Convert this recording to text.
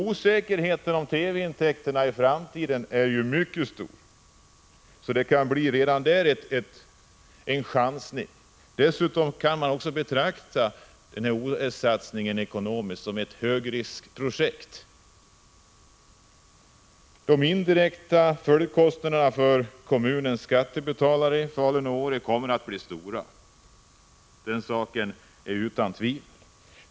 Osäkerheten om TV-intäkterna i framtiden är ju mycket stor, så det kan redan där bli en chansning. Man kan betrakta OS-satsningen som ett ekonomiskt högriskprojekt. De indirekta följdkostnaderna för skattebetalarna i Falun och Åre kommer att bli stora — den saken står utom allt tvivel.